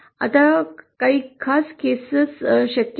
आता काही खास केसेस शक्य आहेत